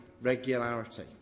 regularity